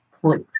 please